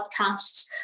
podcasts